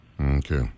Okay